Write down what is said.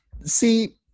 see